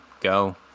go